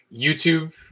YouTube